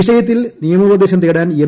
വിഷയത്തിൽ നിയമോപദേശം തേടാൻ എം